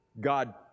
God